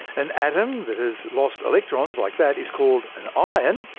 an atom that has lost electrons like that is called an ion,